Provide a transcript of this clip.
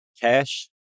cash